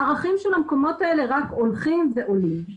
הערכים של המקומות האלה רק הולכים ועולים.